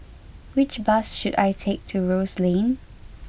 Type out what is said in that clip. which bus should I take to Rose Lane